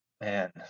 man